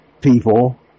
people